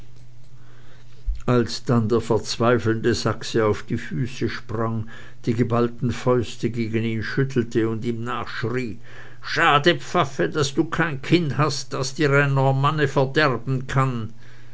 als dann der verzweifelnde sachse auf die füße sprang die geballten fäuste gegen ihn schüttelte und ihm nachschrie schade pfaffe daß du kein kind hast das dir ein normanne verderben kann